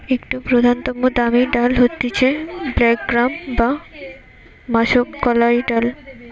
একটো প্রধানতম দামি ডাল হতিছে ব্ল্যাক গ্রাম বা মাষকলাইর ডাল